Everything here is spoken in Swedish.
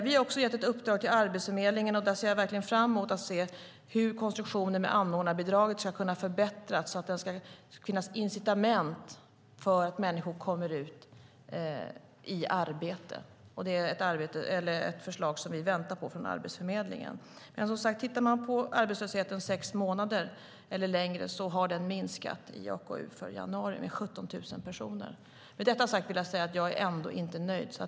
Vi har också gett ett uppdrag till Arbetsförmedlingen, och där ser jag verkligen fram emot att se hur konstruktionen med anordnarbidraget ska kunna förbättras så att det ska finnas incitament för att människor ska komma ut i arbete. Det är ett förslag som vi väntar på från Arbetsförmedlingen. Som sagt var: Tittar man på arbetslösheten som varar sex månader eller längre ser man att den har minskat med 17 000 personer i arbetskraftsundersökningen för januari. Med detta sagt vill jag säga att jag ändå inte är nöjd.